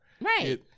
Right